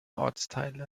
ortsteile